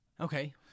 Okay